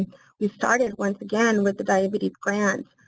we started once again with the diabetes grants.